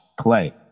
play